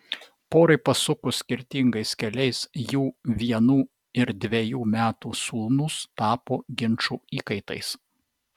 porai pasukus skirtingais keliais jų vienų ir dvejų metų sūnūs tapo ginčų įkaitais